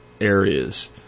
areas